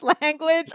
language